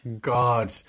god